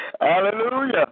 Hallelujah